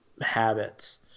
habits